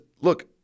look